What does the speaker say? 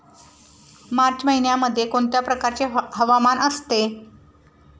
मार्च महिन्यामध्ये कोणत्या प्रकारचे हवामान असते?